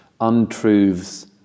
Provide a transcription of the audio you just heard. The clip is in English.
untruths